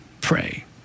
pray